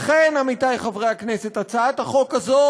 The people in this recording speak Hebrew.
לכן, עמיתי חברי הכנסת, הצעת החוק הזאת